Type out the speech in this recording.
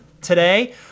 today